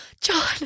John